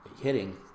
hitting